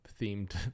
themed